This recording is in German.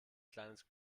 kleines